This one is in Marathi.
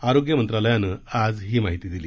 आरोग्य मंत्रालयानं आज ही माहिती दिली